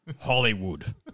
Hollywood